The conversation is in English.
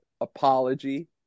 apology